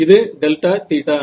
இது delta theta